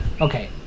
Okay